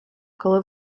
коли